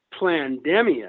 plandemia